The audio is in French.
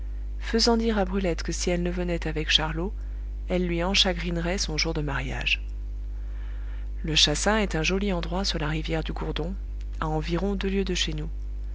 faisant dire à brulette que si elle ne venait avec charlot elle lui enchagrinerait son jour de mariage le chassin est un joli endroit sur la rivière du gourdon à environ deux lieues de chez nous